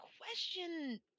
question